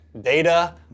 data